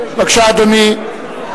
בבקשה, אדוני.